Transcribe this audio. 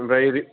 आमफाय